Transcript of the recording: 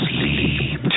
Sleep